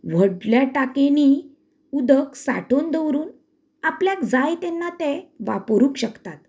व्हडल्या टाकयेंनी उदक साठोन दवरून आपल्याक जाय तेन्ना ते वापरूंक शकतात